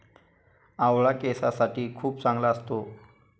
आवळा केसांसाठी खूप चांगला असतो